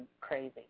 crazy